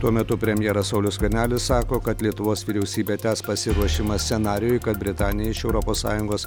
tuo metu premjeras saulius skvernelis sako kad lietuvos vyriausybė tęs pasiruošimą scenarijui kad britanija iš europos sąjungos